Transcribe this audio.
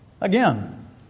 again